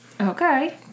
Okay